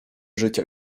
życia